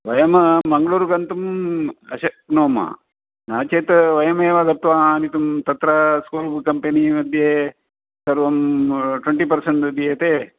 वयं मङ्ग्ळूर् गन्तुं न शक्नुमः नो चेत् वयमेव गत्वा आनीतुं तत्र स्कूल्बुक् कम्पनि मध्ये सर्वं ट्वेण्टि पर्सेण्ट् दीयते